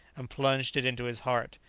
and plunged it into his heart.